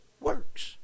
works